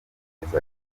yezu